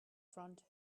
front